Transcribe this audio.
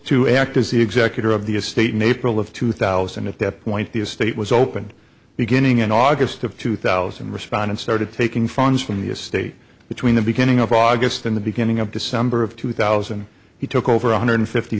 to act as the executor of the estate naperville of two thousand at that point the estate was opened beginning in august of two thousand respondent started taking funds from the estate between the beginning of august and the beginning of december of two thousand he took over one hundred fifty